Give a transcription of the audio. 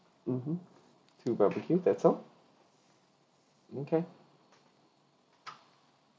mmhmm two barbecue that's all okay